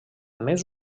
més